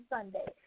Sunday